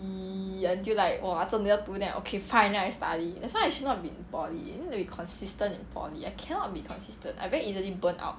!ee! until like !wah! 真的要读 then okay fine then I study that's why I should not be in poly you need to be consistent in poly I cannot be consistent I very easily burn out